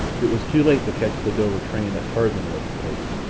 it was too late to catch the dover train that tarzan was to take.